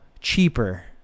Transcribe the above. cheaper